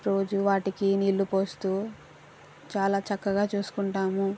రోజూ వాటికి నీళ్ళు పోస్తూ చాలా చక్కగా చూసుకుంటాము